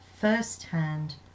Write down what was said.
firsthand